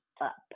up